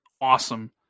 awesome